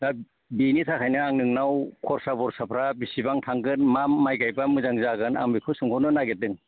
दा बिनि थाखायनो आं नोंनाव खरसा बरसाफ्रा बेसेबां थांगोन मा माइ गायबा मोजां जागोन आं बेखौ सोंहरनो नागिरदों